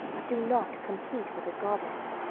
but do not compete with a goddess.